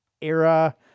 era